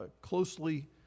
closely